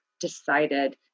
decided